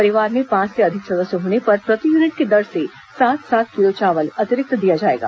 परिवार में पांच से अधिक सदस्य होने पर प्रति यूनिट की दर से सात सात किलो चावल अतिरिक्त दिया जाएगा